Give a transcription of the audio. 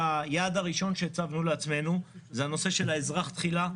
היעד הראשון שהצבנו לעצמנו הוא הנושא של האזרח תחילה,